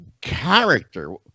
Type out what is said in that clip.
character